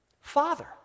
Father